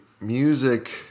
music